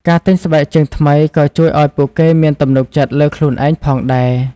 ការទិញស្បែកជើងថ្មីក៏ជួយឱ្យពួកគេមានទំនុកចិត្តលើខ្លួនឯងផងដែរ។